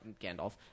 Gandalf